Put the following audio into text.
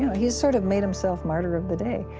he's sort of made himself martyr of the day.